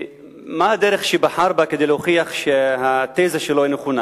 מה היתה הדרך שהוא בחר בה כדי להוכיח שהתזה שלו נכונה?